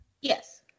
Yes